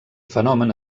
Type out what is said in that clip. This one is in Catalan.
fenomen